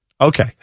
okay